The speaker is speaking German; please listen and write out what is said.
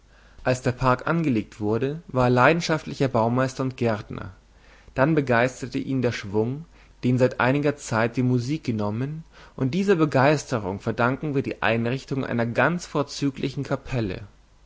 als der park angelegt wurde war er leidenschaftlicher baumeister und gärtner dann begeisterte ihn der schwung den seit einiger zeit die musik genommen und dieser begeisterung verdanken wir die einrichtung einer ganz vorzüglichen kapelle